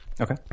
Okay